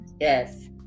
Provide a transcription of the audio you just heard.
Yes